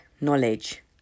knowledge